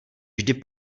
vždy